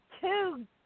two